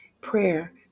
Prayer